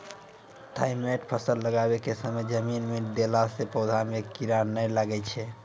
Thimet फ़सल लगाबै के समय जमीन मे देला से पौधा मे कीड़ा नैय लागै छै?